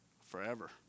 Forever